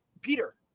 Peter